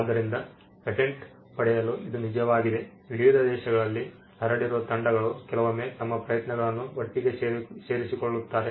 ಆದ್ದರಿಂದ ಪೇಟೆಂಟ್ ಪಡೆಯಲು ಇದು ನಿಜವಾಗಿದೆ ವಿವಿಧ ದೇಶಗಳಲ್ಲಿ ಹರಡಿರುವ ತಂಡಗಳು ಕೆಲವೊಮ್ಮೆ ತಮ್ಮ ಪ್ರಯತ್ನಗಳನ್ನು ಒಟ್ಟಿಗೆ ಸೇರಿಕೊಳ್ಳುತ್ತಾರೆ